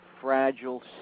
fragile